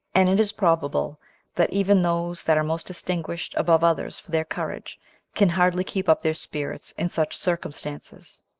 and it is probable that even those that are most distinguished above others for their courage can hardly keep up their spirits in such circumstances